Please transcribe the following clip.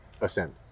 ascend